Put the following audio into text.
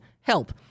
Help